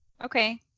Okay